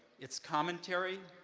its commentary,